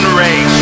race